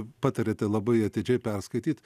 patariate labai atidžiai perskaityt